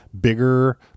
bigger